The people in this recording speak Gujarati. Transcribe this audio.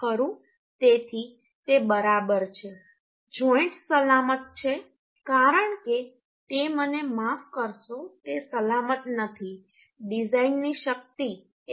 તેથી તે બરાબર છે જોઈન્ટ સલામત છે કારણ કે તે મને માફ કરશો તે સલામત નથી ડિઝાઇનની શક્તિ 187